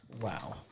Wow